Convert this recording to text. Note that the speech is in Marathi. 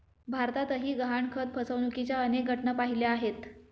भारतातही गहाणखत फसवणुकीच्या अनेक घटना पाहिल्या आहेत